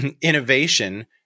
innovation